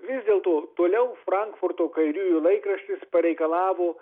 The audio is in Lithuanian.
vis dėlto toliau frankfurto kairiųjų laikraštis pareikalavo